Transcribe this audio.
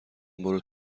برو